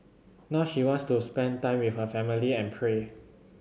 now she wants to spend time with her family and pray